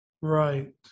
Right